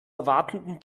erwartenden